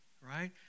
right